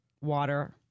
water